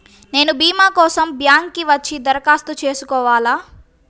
నేను భీమా కోసం బ్యాంక్కి వచ్చి దరఖాస్తు చేసుకోవాలా?